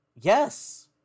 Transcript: Yes